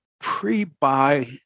pre-buy